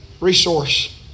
Resource